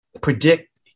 predict